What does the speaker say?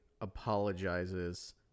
apologizes